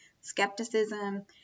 skepticism